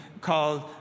called